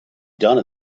done